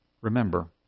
Remember